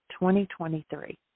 2023